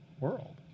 world